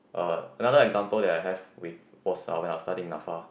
uh another example that I have with was when I was studying NAFA